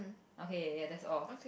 okay ya that's all